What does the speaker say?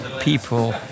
people